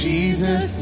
Jesus